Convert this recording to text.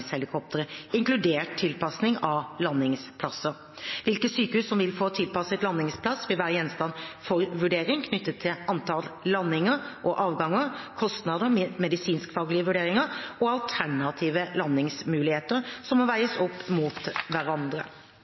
inkludert tilpasning av landingsplasser. Hvilke sykehus som vil få tilpasset landingsplass, vil være gjenstand for vurderinger knyttet til antall landinger og avganger, kostnader, medisinskfaglige vurderinger og alternative landingsmuligheter som må veies opp mot hverandre.